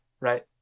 right